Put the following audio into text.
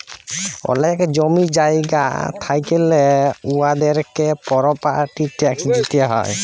অলেক জমি জায়গা থ্যাইকলে উয়াদেরকে পরপার্টি ট্যাক্স দিতে হ্যয়